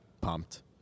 pumped